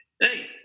hey